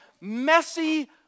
messy